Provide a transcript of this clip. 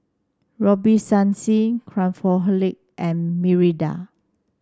Robitussin Craftholic and Mirinda